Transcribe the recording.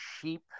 sheep